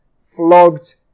flogged